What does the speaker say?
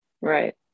right